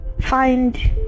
find